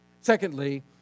Secondly